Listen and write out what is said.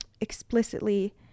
explicitly